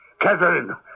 Catherine